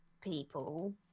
people